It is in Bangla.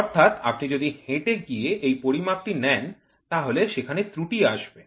অর্থাৎ আপনি যদি হেঁটে গিয়ে এই পরিমাপটি নেন তাহলে সেখানে ত্রুটি আসবে